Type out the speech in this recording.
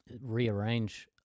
rearrange